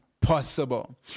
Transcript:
possible